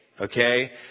okay